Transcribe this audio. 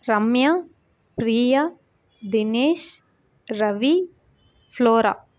Ramya Priya Dinesh Ravi Flora